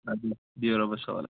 بِہِو رۄبَس حوال